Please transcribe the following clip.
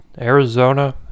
Arizona